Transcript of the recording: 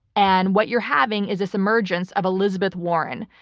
and what you're having is this emergence of elizabeth warren.